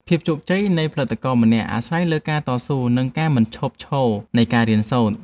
ភាពជោគជ័យនៃផលិតករម្នាក់អាស្រ័យលើការតស៊ូ និង ការមិនឈប់ឈរនៃការរៀនសូត្រ។